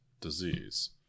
Disease